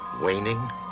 waning